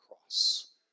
cross